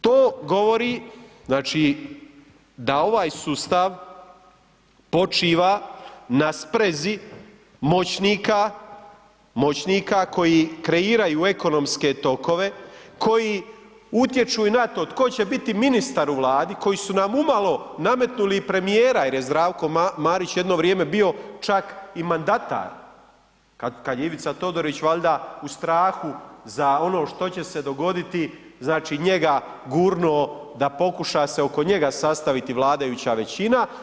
To govori, znači da ovaj sustav počiva na sprezi moćnika, moćnika koji kreiraju ekonomske tokove, koji utječu i na to tko će biti ministar u Vladi koji su nam umalo nametnuli i premijera jer je Zdravko Marić jedno vrijeme bio čak i mandatar kad je Ivica Todorić valjda u strahu za ono što će se dogoditi znači njega gurnuo da pokuša se oko njega sastaviti vladajuća većina.